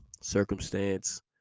circumstance